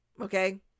okay